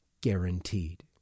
guaranteed